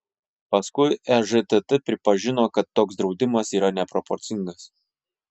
paskui ežtt pripažino kad toks draudimas yra neproporcingas